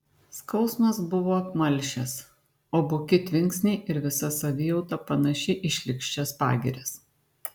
skausmas buvo apmalšęs o buki tvinksniai ir visa savijauta panaši į šlykščias pagirias